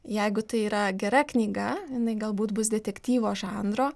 jeigu tai yra gera knyga jinai galbūt bus detektyvo žanro